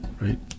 right